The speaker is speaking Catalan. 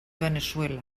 veneçuela